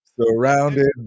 surrounded